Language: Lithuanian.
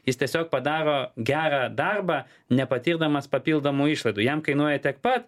jis tiesiog padaro gerą darbą nepatirdamas papildomų išlaidų jam kainuoja tiek pat